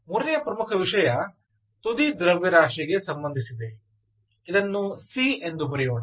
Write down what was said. ಮೂರನೆಯ ಪ್ರಮುಖ ವಿಷಯ ತುದಿ ದ್ರವ್ಯರಾಶಿಗೆ ಸಂಬಂಧಿಸಿದೆ ಇದನ್ನು c ಎಂದು ಬರೆಯೋಣ